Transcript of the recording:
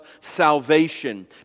salvation